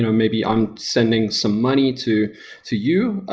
maybe i'm sending some money to to you,